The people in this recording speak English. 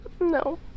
no